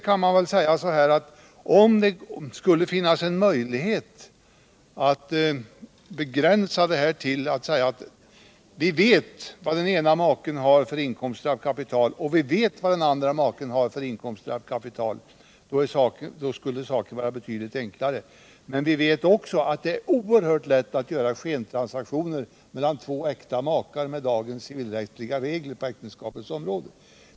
Om det skulle finnas en möjlighet att begränsa frågan till att säga att vi vet vad den ena maken har för inkomst av kapital och att vi vet vad den andra maken har för inkomst av kapital, skulle saken vara betydligt enklare. Men vi vet också att det är oerhört lätt att göra skentransaktioner mellan två äkta makar med dagens civilrättsliga regler på äktenskapets område.